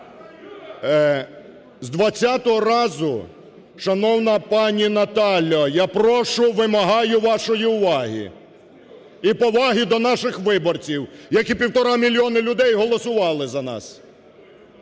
З двадцятого разу, шановна пані Наталя, я прошу, вимагаю вашої уваги. І поваги до наших виборців, які 1,5 мільйона людей голосували за нас.